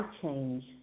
change